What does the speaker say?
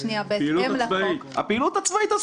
על הפעילות הצבאית.